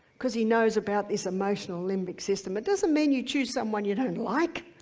because he knows about this emotional limbic system. it doesn't mean you choose someone you don't like.